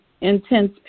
intense